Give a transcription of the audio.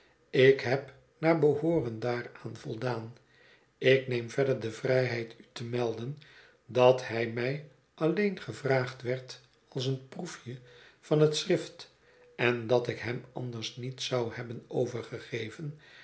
ik heb naar behooren daaraan voldaan ik neem verder de vrijheid u te melden dat hij mij alleen gevraagd werd als een proefje van het schrift en dat ik hem anders niet zou hebben